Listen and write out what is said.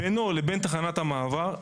בינו לבין תחנת המעבר,